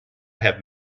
have